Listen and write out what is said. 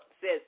says